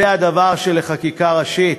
זה הדבר לחקיקה ראשית?